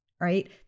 right